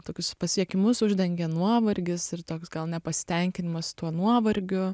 tokius pasiekimus uždengia nuovargis ir toks gal nepasitenkinimas tuo nuovargiu